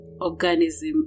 organism